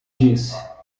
disse